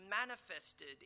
manifested